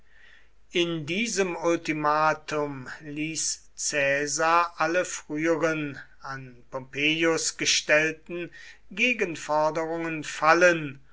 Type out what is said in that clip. in diesem ultimatum ließ caesar alle früheren an pompeius gestellten gegenforderungen fallen